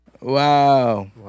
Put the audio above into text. Wow